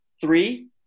Three